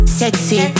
sexy